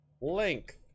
length